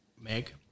Meg